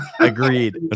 Agreed